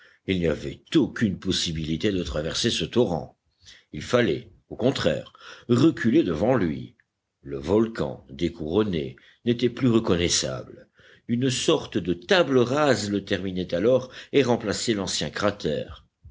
il n'y avait aucune possibilité de traverser ce torrent il fallait au contraire reculer devant lui le volcan découronné n'était plus reconnaissable une sorte de table rase le terminait alors et remplaçait l'ancien cratère